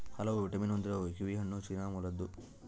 ಹಲವು ವಿಟಮಿನ್ ಹೊಂದಿರುವ ಕಿವಿಹಣ್ಣು ಚೀನಾ ಮೂಲದ್ದು